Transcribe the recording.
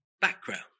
background